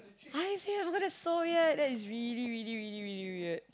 are you serious how come that's so weird that is really really really really really weird